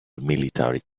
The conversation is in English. military